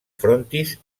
frontis